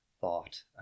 thought